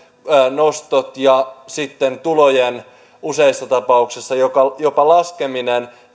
nostot ja sitten tulojen useissa tapauksissa jopa laskeminen